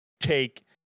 take